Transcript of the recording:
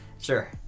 Sure